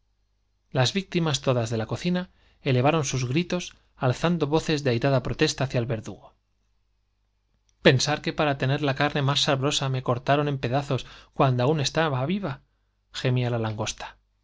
las víctimas todas de la cocina elevaron sus gritos alzando voces de airada protesta hacia el verdugo i pensar que para tener la carne más sabrosa me cortaron en pedazos cuando aún estaba viva i gemía la langosta